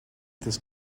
this